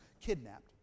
kidnapped